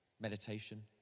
meditation